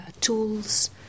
tools